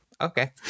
Okay